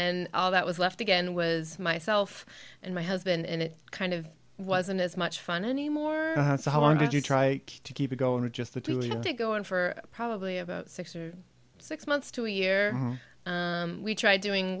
then all that was left again was myself and my husband and it kind of wasn't as much fun anymore so how long did you try to keep it go or just the two to go in for probably about six or six months to a year we try doing